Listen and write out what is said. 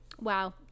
Wow